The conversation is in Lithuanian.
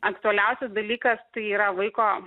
aktualiausias dalykas tai yra vaiko